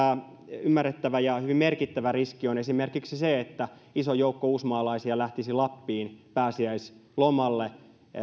ymmärrettävä ja hyvin merkittävä riski on esimerkiksi se että iso joukko uusmaalaisia lähtisi lappiin pääsiäislomalle